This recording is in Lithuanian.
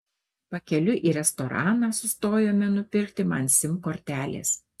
pakeliui į restoraną sustojome nupirkti man sim kortelės